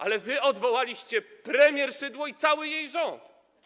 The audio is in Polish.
Ale wy odwołaliście premier Szydło i cały jej rząd.